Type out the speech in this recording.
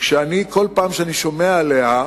שכל פעם כשאני שומע עליה,